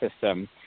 system